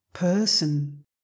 person